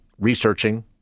researching